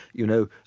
you know,